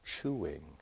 chewing